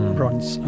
Bronze